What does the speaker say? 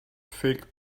fake